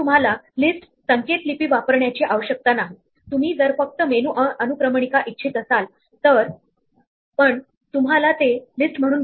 पुन्हा लक्षपूर्वक पहा की तुम्ही ज्या क्रमाने सेट मध्ये व्हॅल्यू दिल्या होत्या त्याचप्रमाणे त्या प्रिंट होत नाहीत